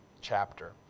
chapter